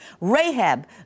Rahab